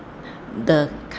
the